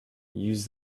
use